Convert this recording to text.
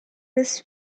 this